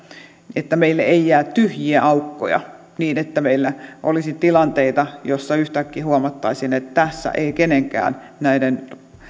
että meille ei jää tyhjiä aukkoja niin että meillä olisi tilanteita jossa yhtäkkiä huomattaisiin että tässä ei kenenkään näiden